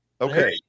Okay